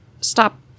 stop